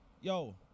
Yo